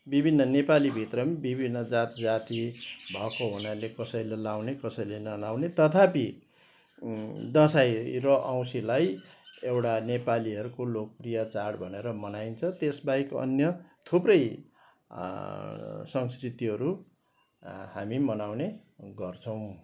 विभिन्न नेपालीभित्र पनि विभिन्न जात जाति भएको हुनाले कसैले लाउने कसैले नलाउने तथापि दसैँ र औँसीलाई एउटा नेपालीहरूको लोकप्रिय चाड भनेर मनाइन्छ त्यसबाहेक अन्य थुप्रै संस्कृतिहरू हामी मनाउने गर्छौँ